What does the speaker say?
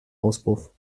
auspuff